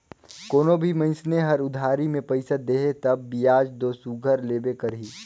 कोनो भी मइनसे हर उधारी में पइसा देही तब बियाज दो सुग्घर लेबे करही